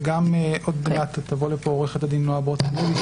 וגם עוד מעט תבוא לפה עו"ד נועה ברודסקי לוי,